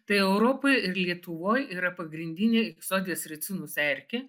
tai europoj ir lietuvoj yra pagrindinė iksodis ricinus erkė